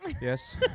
Yes